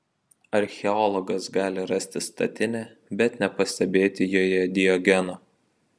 archeologas gali rasti statinę bet nepastebėti joje diogeno